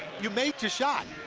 you made your shot.